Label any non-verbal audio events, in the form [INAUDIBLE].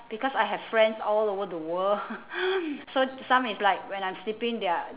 because I have friends all over the world [LAUGHS] so some is like when I'm sleeping they're